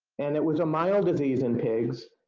and it was a mild disease in pigs,